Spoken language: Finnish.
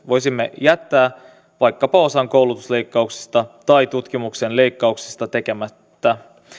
voisimme jättää vaikkapa osan koulutusleikkauksista tai tutkimuksen leikkauksista tekemättä